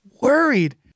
worried